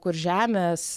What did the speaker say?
kur žemės